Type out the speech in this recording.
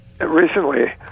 recently